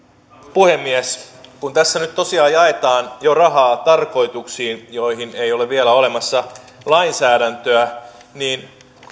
puhemies kun tässä nyt tosiaan jaetaan jo rahaa tarkoituksiin joihin ei ole vielä olemassa lainsäädäntöä niin